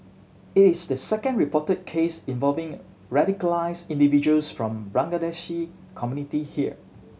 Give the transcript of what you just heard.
it is the second reported case involving radicalised individuals from Bangladeshi community here